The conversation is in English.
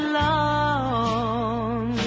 long